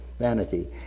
Vanity